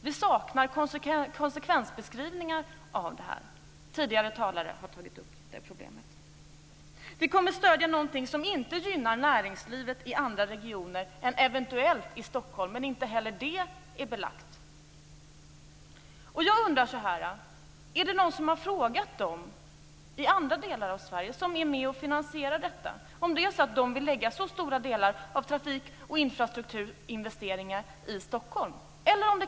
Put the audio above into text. Vi saknar konsekvensbeskrivningar här. Tidigare talare har tagit upp det problemet. Det här kommer att stödja någonting som inte gynnar näringslivet i andra regioner annat än eventuellt i Stockholm men inte heller det är belagt. Är det någon som har frågat dem i andra delar av Sverige som är med och finansierar detta om de vill lägga så stora delar av trafik och infrastrukturinvesteringar i Stockholm.